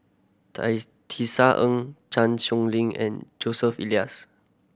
Tisa Ng Chan Sow Lin and Joseph Elias